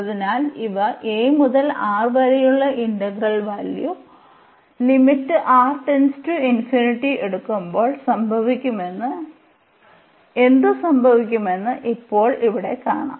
അതിനാൽ ഇവ a മുതൽ R വരെയുള്ള ഇന്റഗ്രൽ വാല്യൂ എടുക്കുമ്പോൾ എന്തുസംഭവിക്കുമെന്ന് ഇപ്പോൾ ഇവിടെ കാണാം